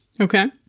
Okay